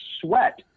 sweat